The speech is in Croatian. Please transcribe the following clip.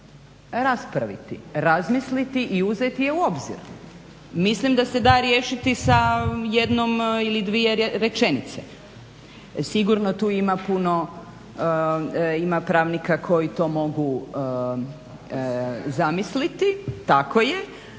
raspraviti, razmisliti i uzeti je u obzir. Mislim da se da riješiti sa jednom ili dvije rečenice. Sigurno tu ima pravnika koji to mogu zamisliti, tako je,